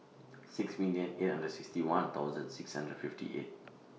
six million eight hundred sixty one thousand six hundred and fifty eight